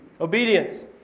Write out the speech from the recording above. Obedience